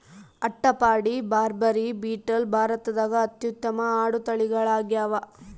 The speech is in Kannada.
ಅಟ್ಟಪಾಡಿ, ಬಾರ್ಬರಿ, ಬೀಟಲ್ ಭಾರತದಾಗ ಅತ್ಯುತ್ತಮ ಆಡು ತಳಿಗಳಾಗ್ಯಾವ